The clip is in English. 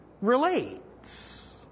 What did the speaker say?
relates